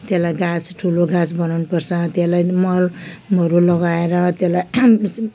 त्यसलाई गाछ ठुलो गाछ बनाउनुपर्छ त्यसलाई पनि मल हरू लगाएर त्यसलाई